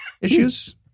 issues